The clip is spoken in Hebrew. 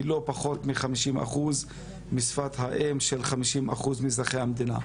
היא לא פחות מ-50 אחוז משפת האם של 50 אחוזים מאזרחי המדינה.